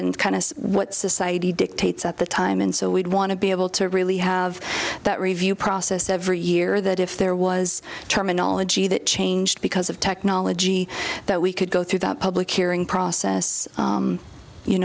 and kind of what society dictates at the time and so we'd want to be able to really have that review process every year that if there was terminology that changed because of technology that we could go through the public hearing process